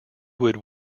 would